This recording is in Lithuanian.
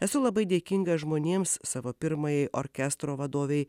esu labai dėkinga žmonėms savo pirmajai orkestro vadovei